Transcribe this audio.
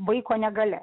vaiko negalia